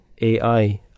AI